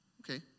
okay